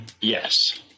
Yes